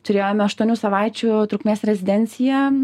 turėjome aštuonių savaičių trukmės rezidenciją